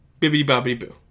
Bibbidi-Bobbidi-Boo